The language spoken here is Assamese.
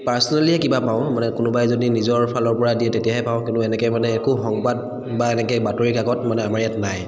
পাৰচনলিহে কিবা পাওঁ মানে কোনোবাই যদি নিজৰ ফালৰপৰা দিয় তেতিয়াহে পাওঁ কিন্তু এনেকৈ মানে একো সংবাদ বা এনেকৈ বাতৰি কাকত মানে আমাৰ ইয়াত নাই